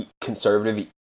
conservative